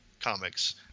comics